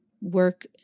work